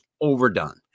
overdone